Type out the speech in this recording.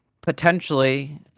potentially